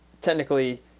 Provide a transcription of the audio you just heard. technically